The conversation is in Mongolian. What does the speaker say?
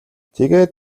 тэгээд